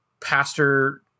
Pastor